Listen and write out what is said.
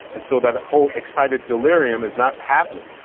and so that whole excited delirium is not happening.